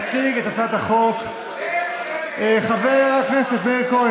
יציג את הצעת החוק חבר הכנסת מאיר כהן,